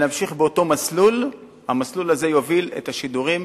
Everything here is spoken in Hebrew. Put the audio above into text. ונמשיך באותו מסלול, המסלול הזה יוביל את השידורים